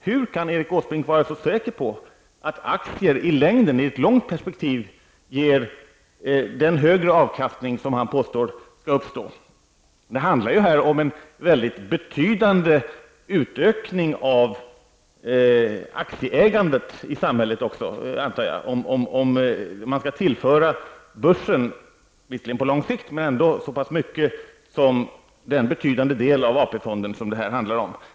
Hur kan Erik Åsbrink vara så säker på att aktier i ett långt perspektiv ger den högre avkastning som han påstår skall uppstå? Det handlar här också om en mycket betydande utökning av aktieägandet i samhället, antar jag, om man skall tillföra börsen -- visserligen på lång sikt -- den betydande del av AP-fonden som det här gäller.